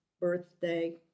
birthday